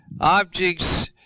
objects